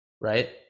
right